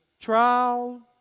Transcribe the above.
trial